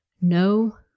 no